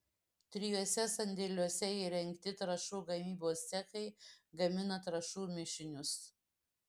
trijuose sandėliuose įrengti trąšų gamybos cechai gamina trąšų mišinius